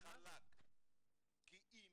כי אני אומר לך חד וחלק, כי אם